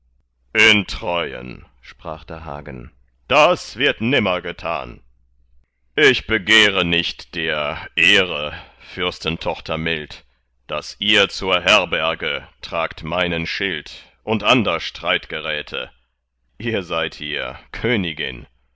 in treuen sprach da hagen das wird nimmer getan ich begehre nicht der ehre fürstentochter mild daß ihr zur herberge tragt meinen schild und ander streitgeräte ihr seid hier königin